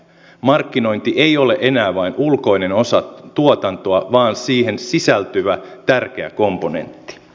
markkinointi ei ole enää vain ulkoinen osa tuotantoa vaan siihen sisältyvä tärkeä komponentti